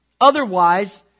Otherwise